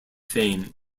fame